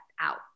out